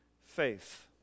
Faith